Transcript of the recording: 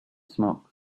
smoke